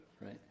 right